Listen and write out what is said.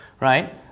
right